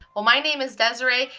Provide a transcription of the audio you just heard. well my name is desiree,